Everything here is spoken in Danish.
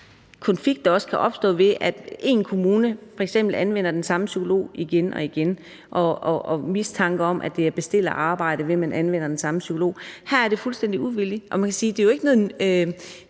konflikt, der også kan opstå, ved at en kommune f.eks. anvender den samme psykolog igen og igen, og at der opstår mistanke om, at det er bestilt arbejde, når man anvender den samme psykolog. Her er det fuldstændig uvildigt, og man kan sige, at det jo ikke er noget,